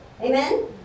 Amen